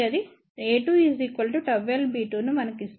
కాబట్టి అది a2 ΓL b2 ను మనకు ఇస్తుంది